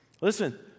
Listen